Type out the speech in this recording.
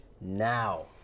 now